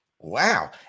Wow